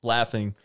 Laughing